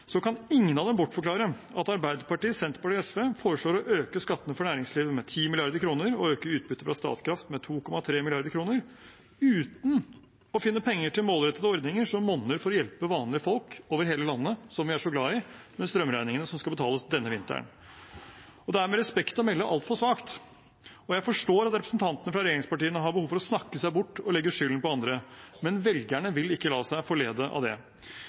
kan ingen av dem bortforklare at Arbeiderpartiet, Senterpartiet og SV foreslår å øke skattene for næringslivet med 10 mrd. kr og øke utbyttet fra Statkraft med 2,3 mrd. kr – uten å finne penger til målrettede ordninger som monner for å hjelpe vanlige folk over hele landet, som vi er så glad i, med strømregningene som skal betales denne vinteren. Det er med respekt å melde altfor svakt. Jeg forstår at representantene fra regjeringspartiene har behov for å snakke seg bort og legge skylden på andre, men velgerne vil ikke la seg forlede av det.